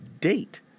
date